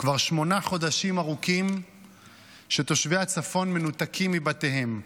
כבר שמונה חודשים ארוכים שתושבי הצפון מנותקים מבתיהם,